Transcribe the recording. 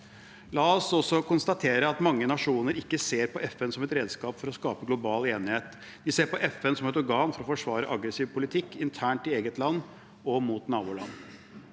La oss også konstatere at mange nasjoner ikke ser på FN som et redskap for å skape global enighet. De ser på FN som et organ for å forsvare aggressiv politikk internt i eget land og mot naboland.